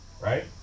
Right